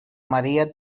maria